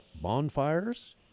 bonfires